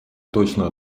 точно